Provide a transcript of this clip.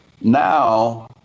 Now